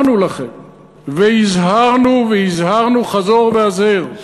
והזהרנו והזהרנו חזור והזהר.